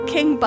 King